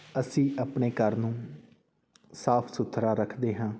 ਅਸੀਂ ਆਪਣੇ ਘਰ ਨੂੰ ਸਾਫ ਸੁਥਰਾ ਰੱਖਦੇ ਹਾਂ